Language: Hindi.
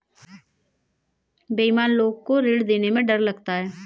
बेईमान लोग को ऋण देने में डर लगता है